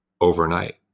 overnight